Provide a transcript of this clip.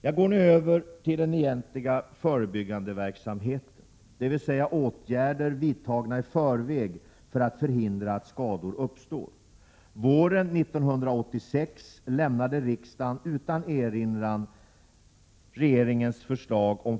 Jag går nu över till den egentliga förebyggandeverksamheten, dvs. åtgärder vidtagna i förväg för att förhindra att skador uppstår. Våren 1986 lämnade riksdagen utan erinran regeringens förslag (prop. 1985/86:150 bil.